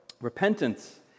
repentance